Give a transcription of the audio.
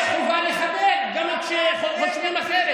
יש חובה לכבד גם כשחושבים אחרת.